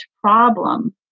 problem